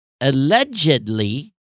allegedly